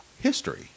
history